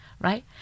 right